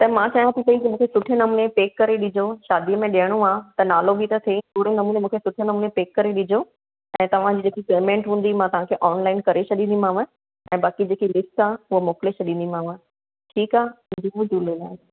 त मां चायां थी पेई की मूंखे सुठे नमूने पैक करे ॾिजो शादीअ में ॾियणो आहे त नालो बि त थिए अहिड़े नमूने मूंखे सुठे नमूने पैक करे ॾिजो ऐं तव्हांजी जेकी पेमेंट हूंदी मां तव्हांखे ऑनलाइन करे छॾींदीमांव ऐं बाक़ी जेकी लिस्ट आहे उहा मोकिले छॾींदीमांव ठीकु आहे जय झूलेलाल